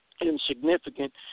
Insignificant